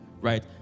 right